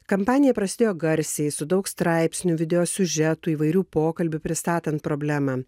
kampanija prasidėjo garsiai su daug straipsnių video siužetų įvairių pokalbių pristatant problemą